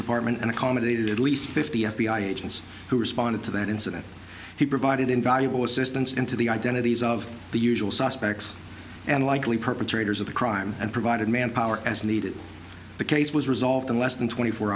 department and accommodated at least fifty f b i agents who responded to that incident he provided invaluable assistance into the identities of the usual suspects and likely perpetrators of the crime and provided manpower as needed the case was resolved in less than twenty four